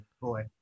boy